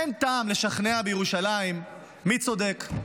אין טעם לשכנע בירושלים מי צודק,